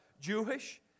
Jewish